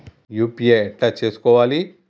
UPI ఎట్లా చేసుకోవాలి?